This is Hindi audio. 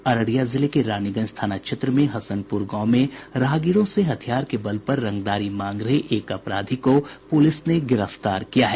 अररिया जिले के रानीगंज थाना क्षेत्र में हसनपुर गांव में राहगीरों से हथियार के बल पर रंगदारी मांग रहे एक अपराधी को पुलिस ने गिरफ्तार किया है